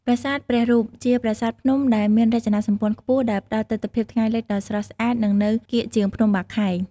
ប្រាសាទព្រះរូប: ជាប្រាសាទភ្នំដែលមានរចនាសម្ព័ន្ធខ្ពស់ ដែលផ្តល់ទិដ្ឋភាពថ្ងៃលិចដ៏ស្រស់ស្អាត និងនៅកៀកជាងភ្នំបាខែង។